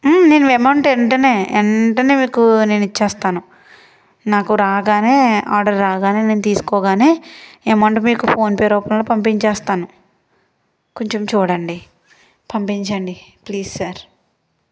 నేను ఎమౌంట్ వెంటనే వెంటనే మీకు నేను ఇచ్చేస్తాను నాకు రాగానే ఆర్డర్ రాగానే నేను తీసుకోగానే ఎమౌంట్ మీకు ఫోన్ పే రూపంలో పంపించేస్తాను కొంచెం చూడండి పంపించండి ప్లీజ్ సార్